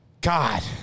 God